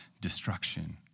destruction